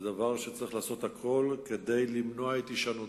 זה דבר שצריך לעשות הכול כדי למנוע את הישנותו.